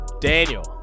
Daniel